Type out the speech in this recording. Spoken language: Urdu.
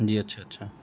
جی اچھا اچھا